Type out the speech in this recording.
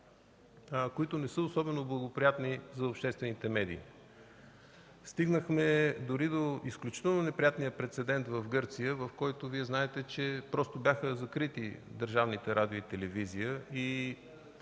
които не са особено благоприятни за обществените медии. Стигнахме дори до изключително неприятния прецедент в Гърция, в който Вие знаете, че просто бяха закрити държавните радио и телевизия.